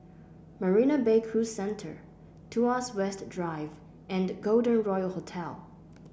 Marina Bay Cruise Centre Tuas West Drive and Golden Royal Hotel